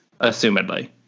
assumedly